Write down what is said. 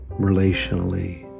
relationally